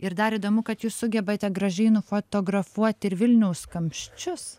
ir dar įdomu kad jūs sugebate gražiai nufotografuoti ir vilniaus kamščius